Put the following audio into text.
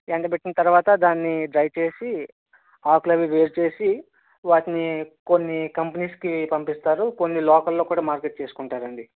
ఎండబెట్టిన తర్వాత దాన్ని డ్రై చేసి ఆకుల అవి వేరుచేసి వాటిని కొన్ని కంపెనీస్కి పంపిస్తారు కొన్ని లోకల్లో కూడా మార్కెట్ చేసుకుంటారండి